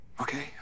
Okay